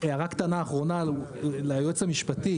הערה אחרונה ליועץ המשפטי